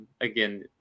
again